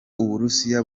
uburusiya